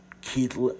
Keith